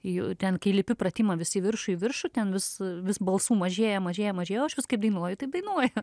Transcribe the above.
jau ten kai lipi pratimą vis į viršų į viršų ten vis vis balsų mažėja mažėja mažėja o aš vis kaip dainuoju taip dainuoju